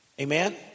Amen